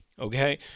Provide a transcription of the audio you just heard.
okay